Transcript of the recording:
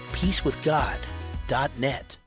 peacewithgod.net